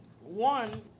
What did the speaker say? one